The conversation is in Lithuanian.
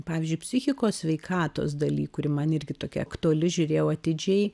pavyzdžiui psichikos sveikatos daly kuri man irgi tokia aktuali žiūrėjau atidžiai